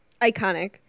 Iconic